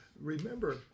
remember